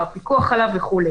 הפיקוח עליו וכו'.